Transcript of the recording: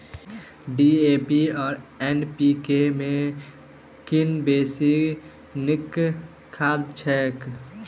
DAP आ NPK मे कुन बेसी नीक खाद छैक?